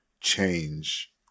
change